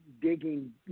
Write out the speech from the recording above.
digging